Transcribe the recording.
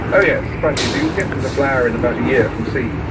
ah yes, quite easy, you can get them to flower in about a year from seed,